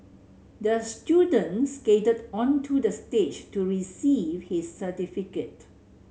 the student skated onto the stage to receive his certificate